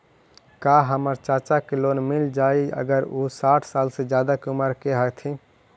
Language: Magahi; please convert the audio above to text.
का हमर चाचा के लोन मिल जाई अगर उ साठ साल से ज्यादा के उमर के हथी?